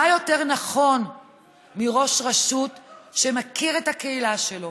מה יותר נכון מראש רשות שמכיר את הקהילה שלו,